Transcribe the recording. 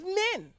men